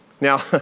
Now